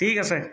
ঠিক আছে